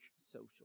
social